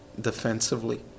defensively